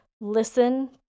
listen